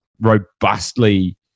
robustly